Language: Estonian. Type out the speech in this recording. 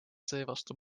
seevastu